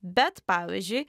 bet pavyzdžiui